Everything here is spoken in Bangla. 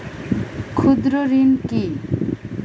ক্ষুদ্র ঋণ কি?